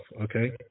okay